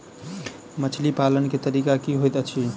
मछली पालन केँ तरीका की होइत अछि?